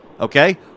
Okay